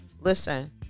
listen